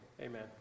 Amen